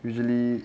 usually